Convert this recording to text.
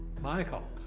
michael.